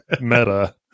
meta